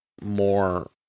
more